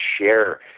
share